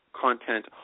content